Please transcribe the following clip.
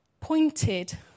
pointed